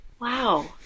Wow